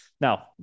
Now